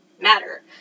matter